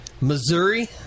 Missouri